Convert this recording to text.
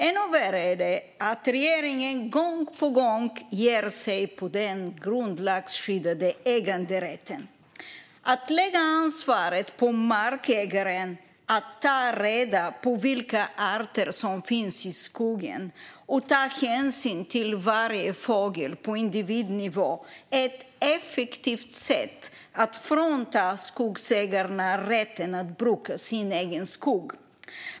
Ännu värre är det att regeringen gång på gång ger sig på den grundlagsskyddade äganderätten. Att lägga ansvaret på markägaren att ta reda på vilka arter som finns i skogen och ta hänsyn till varje fågel på individnivå är ett effektivt sätt att frånta skogsägarna rätten att bruka sin egen skog.